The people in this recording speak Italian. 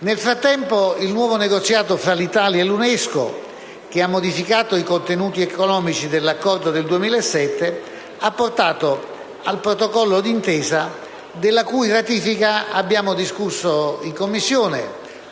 Nel frattempo il nuovo negoziato fra l'Italia e l'UNESCO, che ha modificato i contenuti economici dell'accordo del 2007, ha portato al Protocollo d'intesa della cui ratifica abbiamo discusso in Commissione;